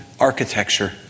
Architecture